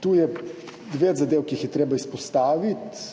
Tu je več zadev, ki jih je treba izpostaviti.